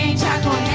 gentle